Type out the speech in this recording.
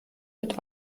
wird